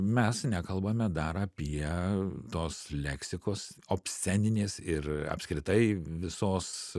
mes nekalbame dar apie tos leksikos obsceninės ir apskritai visos